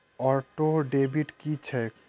Auto debit की छैक?